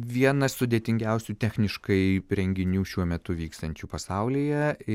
vienas sudėtingiausių techniškai renginių šiuo metu vykstančių pasaulyje ir